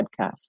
podcast